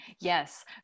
Yes